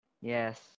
yes